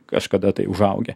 kažkada tai užaugę